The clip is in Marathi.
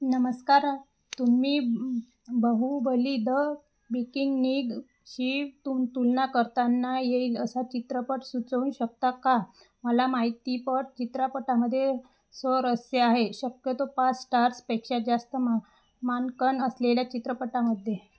नमस्कार तुम्ही बहुबली द बेकिंगनिगशी तु तुलना करताना येईल असा चित्रपट सुचवू शकता का मला माहितीपट चित्रपटामध्ये स्वारस्य असे आहे शक्यतो पाच स्टार्सपेक्षा जास्त मा मानांकन असलेल्या चित्रपटामध्ये